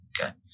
Okay